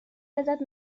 ازت